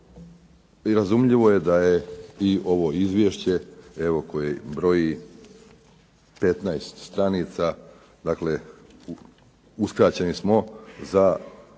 razumljivo je da je ovo izvješće koje broji 15 stranica uskraćeni smo za